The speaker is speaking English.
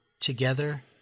Together